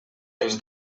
els